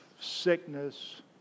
sickness